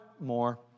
more